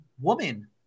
woman